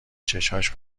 چشاش